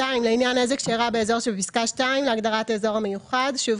לעניין נזק שאירע באזור שבפסקה (2) להגדרת "אזור מיוחד" שוב,